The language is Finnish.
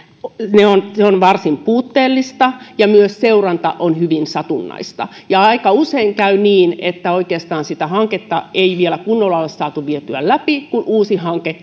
se on varsin puutteellista ja myös seuranta on hyvin satunnaista ja aika usein käy niin että oikeastaan sitä hanketta ei vielä kunnolla ole saatu vietyä läpi kun uusi hanke